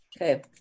Okay